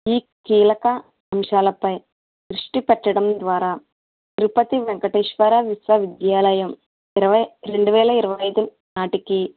ఈ కీలక అంశాలపై దృష్టి పెట్టడం ద్వారా తిరుపతి వేంకటేశ్వర విశ్వవిద్యాలయం ఇరవై రెండు వేల ఇరవై ఐదు నాటికి